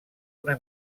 una